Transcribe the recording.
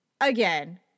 Again